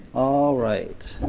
all right.